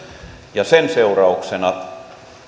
sen seurauksena